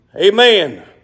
Amen